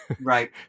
Right